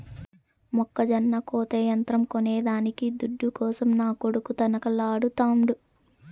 మొక్కజొన్న కోత యంత్రం కొనేదానికి దుడ్డు కోసం నా కొడుకు తనకలాడుతాండు